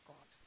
God